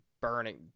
burning